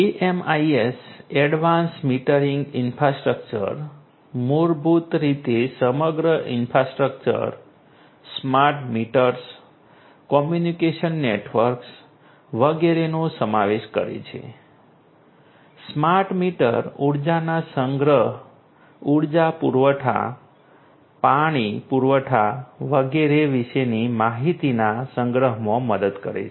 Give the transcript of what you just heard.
AMIs advanced metering infrastructure મૂળભૂત રીતે સમગ્ર infrastructure smart meters communication networks વગેરેનો સમાવેશ કરે છે સ્માર્ટ મીટર ઊર્જાના સંગ્રહ ઊર્જા પુરવઠા પાણી પુરવઠા વગેરે વિશેની માહિતીના સંગ્રહમાં મદદ કરે છે